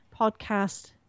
podcast